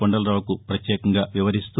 కొండలరావుకు ప్రపత్యేకంగా వివరిస్తూ